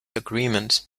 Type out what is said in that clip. agreement